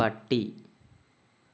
പട്ടി